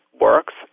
works